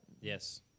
Yes